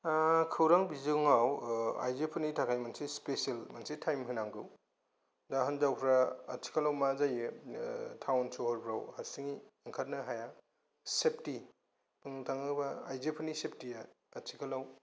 ओ खौरां बिजोङाव आइजोफोरनि थाखाय मोनसे स्पेसियेल मोनसे टाइम होनांगौ दा हिनजावफोरा आथिखालाव मा जायो टाउन सहफोराव हारसिङै ओंखारनो हाया सेफटि बुंनो थाङोबा आइजोफोरनि सेफ्टिया आथिखालाव